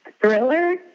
thriller